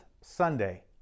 Sunday